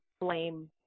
blame